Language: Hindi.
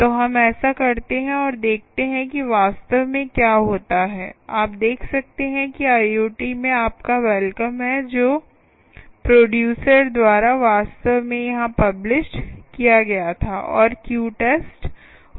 तो हम ऐसा करते हैं और देखते हैं कि वास्तव में क्या होता है आप देख सकते हैं कि IoT में आपका वेलकम है जो प्रोडूसर द्वारा वास्तव में यहां पब्लिश्ड किया गया था और क्यू टेस्ट 0 हो गया है